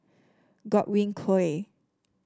Godwin Koay